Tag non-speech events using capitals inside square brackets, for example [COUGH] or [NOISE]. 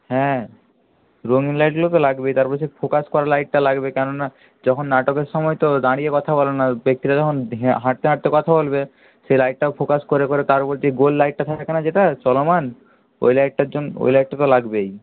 হ্যাঁ রঙিন লাইটগুলো তো লাগবেই তারপরে সেই ফোকাস করা লাইটটা লাগবে কেন না যখন নাটকের সময় তো দাঁড়িয়ে কথা বলে না ব্যক্তিটা যখন হাঁটতে হাঁটতে কথা বলবে সেই লাইটটাও ফোকাস করে করে তার উপর যে গোল লাইটটা থাকে না যেটা চলমান ওই লাইটটার [UNINTELLIGIBLE] ওই লাইটটা তো লাগবেই